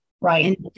Right